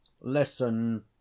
listen